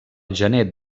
gener